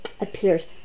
appears